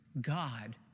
God